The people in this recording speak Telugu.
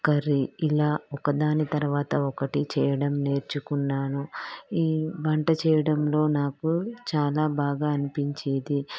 కర్రీ ఇలా ఒకదాని తర్వాత ఒకటి చేయడం నేర్చుకున్నాను ఈ వంట చేయడంలో నాకు చాలా బాగా అనిపించేది